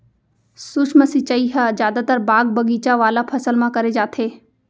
सूक्ष्म सिंचई ह जादातर बाग बगीचा वाला फसल म करे जाथे